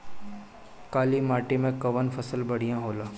काली माटी मै कवन फसल बढ़िया होला?